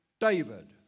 David